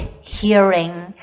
hearing